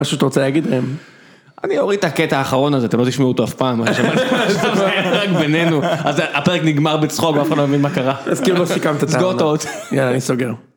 פשוט רוצה להגיד להם, אני אוריד את הקטע האחרון הזה, אתם לא תשמעו אותו אף פעם, מה שאני אמרת, זה היה פרק בינינו, אז הפרק נגמר בצחוק, אף אחד לא מבין מה קרה. אז כאילו לא שיקם את הצגות האות, יאללה אני סוגר.